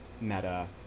meta